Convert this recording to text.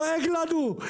דואג לנו,